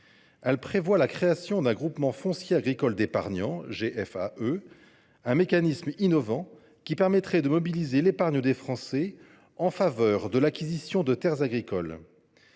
Elle prévoit la création d’un groupement foncier agricole d’épargnants, un mécanisme innovant qui permettrait de mobiliser l’épargne des Français en faveur de l’acquisition de terres agricoles.